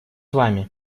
вами